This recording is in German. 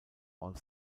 all